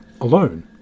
alone